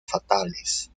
fatales